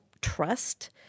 trust